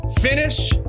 finish